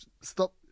stop